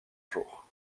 jour